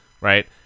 right